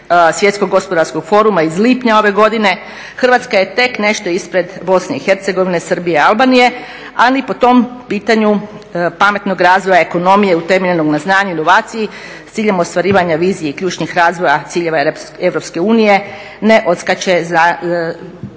svjetskog gospodarskog foruma iz lipnja ove godine Hrvatska je tek nešto ispred Bosne i Hercegovine, Srbije, Albanije, a ni po tom pitanju pametnog razvoja ekonomije utemeljenog na znanju, inovaciji s ciljem ostvarivanja vizije i ključnih razvoja ciljeva EU ne odskače za